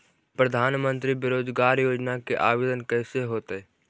प्रधानमंत्री बेरोजगार योजना के आवेदन कैसे होतै?